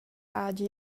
hagi